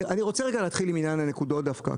אני רוצה רגע להתחיל עם עניין הנקודות דווקא.